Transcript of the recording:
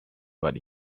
what